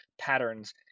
patterns